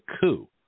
coup